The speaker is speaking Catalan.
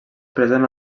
present